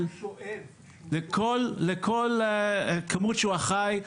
לכל כמות שהוא אחראי,